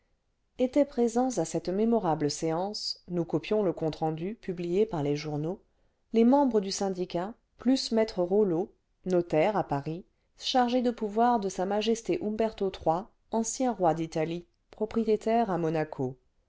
étaient présents à cette mémorable séance nous copions le compte rendu publié par les journax les membres du syndicat plus me eollot notaire à paris chargé de pouvoirs de s m humberto iii ancien roi d'italie propriétaire à monaco